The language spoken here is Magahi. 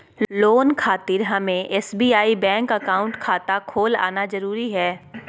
लोन खातिर हमें एसबीआई बैंक अकाउंट खाता खोल आना जरूरी है?